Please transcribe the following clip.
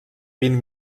vint